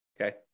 Okay